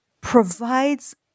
provides